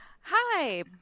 Hi